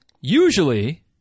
Usually